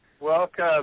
welcome